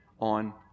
on